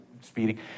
speeding